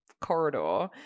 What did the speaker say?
corridor